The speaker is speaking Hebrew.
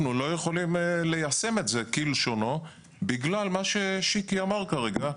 אנחנו לא יכולים ליישם את זה כלשונו בגלל מה ששיקי אמר כרגע,